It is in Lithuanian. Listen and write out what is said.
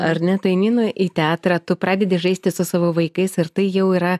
ar ne tu nueini į teatrą tu pradedi žaisti su savo vaikais ir tai jau yra